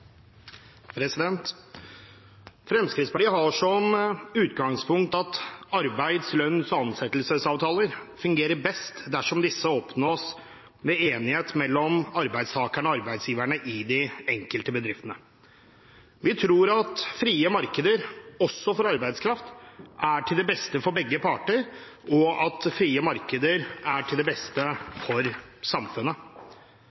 framover. Fremskrittspartiet har som utgangspunkt at arbeids-, lønns- og ansettelsesavtaler fungerer best dersom de oppnås ved enighet mellom arbeidstaker og arbeidsgiver i de enkelte bedriftene. Vi tror at frie markeder også for arbeidskraft er til det beste for begge parter, og at frie markeder er til det beste for samfunnet.